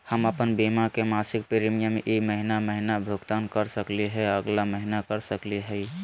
हम अप्पन बीमा के मासिक प्रीमियम ई महीना महिना भुगतान कर सकली हे, अगला महीना कर सकली हई?